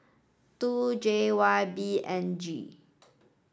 two J Y B N G